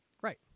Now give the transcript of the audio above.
Right